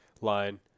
line